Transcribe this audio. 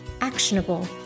actionable